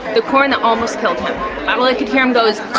the corn that almost killed him. all i could hear him go was.